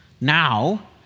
now